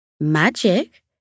Magic